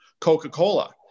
Coca-Cola